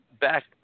back